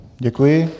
Děkuji.